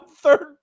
third